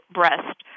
breast